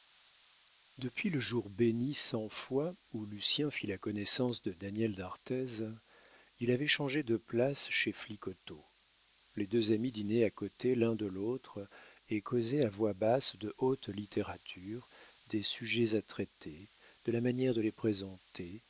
depuis le jour béni cent fois où lucien fit la connaissance de daniel d'arthez il avait changé de place chez flicoteaux les deux amis dînaient à côté l'un de l'autre et causaient à voix basse de haute littérature des sujets à traiter de la manière de les présenter